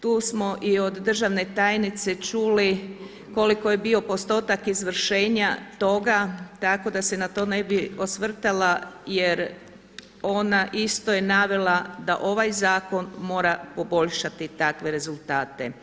Tu smo i od državne tajnice čuli koliko je bio postotak izvršenja toga tako da se na to ne bi osvrtala jer ona isto je navela da ovaj zakon mora poboljšati takve rezultate.